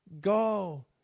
go